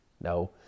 No